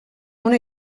una